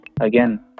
again